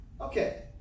Okay